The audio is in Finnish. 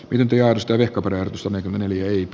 ylimpiä ystäviä kopra some cameneliöitä